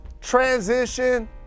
transition